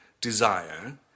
desire